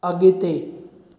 अगि॒ते